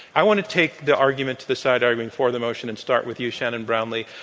i want to take the argument to the side arguing for the motion and start with you, shannon brownlee